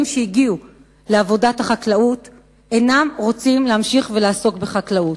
שהגיעו לעבודת החקלאות אינם רוצים להמשיך ולעסוק בחקלאות.